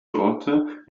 daughter